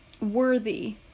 worthy